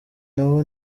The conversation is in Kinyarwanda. nabo